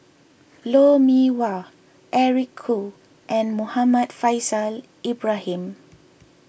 Lou Mee Wah Eric Khoo and Muhammad Faishal Ibrahim